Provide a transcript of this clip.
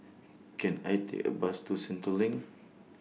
Can I Take A Bus to Sentul LINK